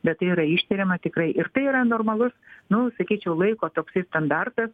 bet tai yra ištiriama tikrai ir tai yra normalus nu sakyčiau laiko toksai standartas